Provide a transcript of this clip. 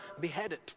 beheaded